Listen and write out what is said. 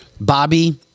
Bobby